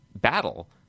battle